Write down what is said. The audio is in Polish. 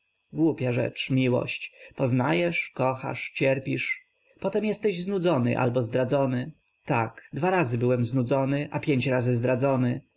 głupia rzecz miłość poznajesz kochasz cierpisz potem jesteś znudzony albo zdradzony tak dwa razy byłem znudzony a pięć razy zdradzony